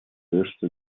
лешти